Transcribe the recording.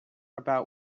about